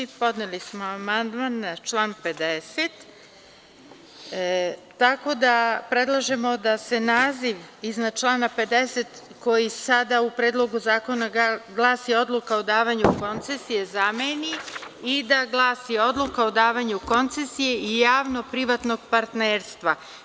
Podneli smo amandman na član 50. tako da predlažemo da se naziv iznad člana 50. koji sada u predlogu zakona glasi – odluka o davanju koncesije zameni i da glasi – odluka o davanju koncesije i javno privatnog partnerstva.